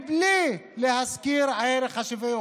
בלי להזכיר את ערך השוויון.